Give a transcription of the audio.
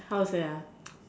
how to say